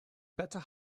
better